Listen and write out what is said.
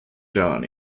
john